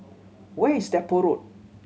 where is Depot Road